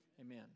Amen